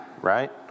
right